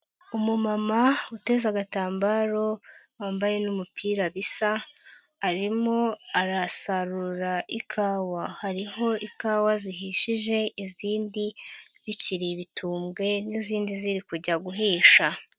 Umumama uteze agatambaro wambaye n'umupira bisa arimo arasarura ikawa, hariho ikawa zihishije izindi bikiri ibitumbwe n'izindi ziri kujya guhisha.